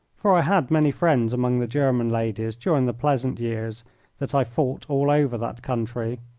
for i had many friends among the german ladies during the pleasant years that i fought all over that country,